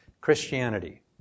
Christianity